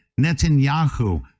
Netanyahu